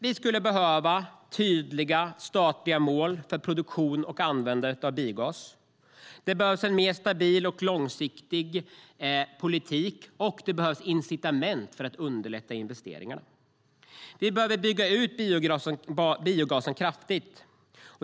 Vi skulle behöva tydliga statliga mål för produktion och användandet av biogas. Det behövs en mer stabil och långsiktig politik, och det behövs incitament för att underlätta investeringar. Vi behöver bygga ut biogasen kraftigt.